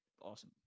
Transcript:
awesome